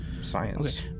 Science